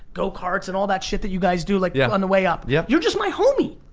go karts and all that shit that you guys do like yeah on the way up. yeah you're just my homie.